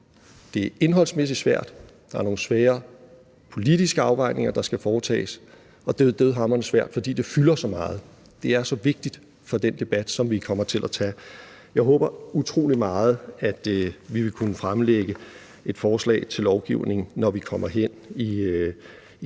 det er indholdsmæssigt svært, for der er nogle svære politiske afvejninger, der skal foretages, og det er dødhamrende svært, fordi det fylder så meget. Det er så vigtigt for den debat, vi kommer til at tage. Jeg håber utrolig meget, at vi vil kunne fremsætte et forslag til lovgivning, når vi kommer hen i den